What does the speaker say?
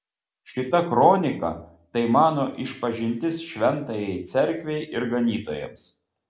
šita kronika tai mano išpažintis šventajai cerkvei ir ganytojams